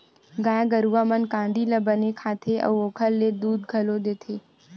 गाय गरूवा मन कांदी ल बने खाथे अउ ओखर ले दूद घलो बने देथे